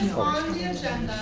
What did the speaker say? on the agenda